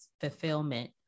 fulfillment